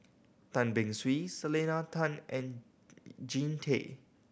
Tan Beng Swee Selena Tan and Jean Tay